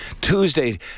Tuesday